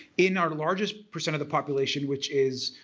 in our largest percent of the population which is